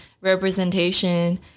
representation